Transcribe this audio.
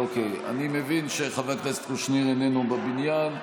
אוקיי, אני מבין שחבר הכנסת קושניר איננו בבניין.